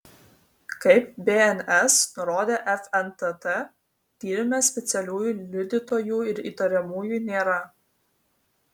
kaip bns nurodė fntt tyrime specialiųjų liudytojų ir įtariamųjų nėra